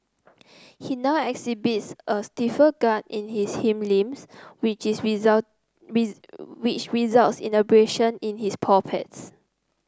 he now exhibits a stiffer gait in his hind limbs which is result which results in abrasions in his paw pads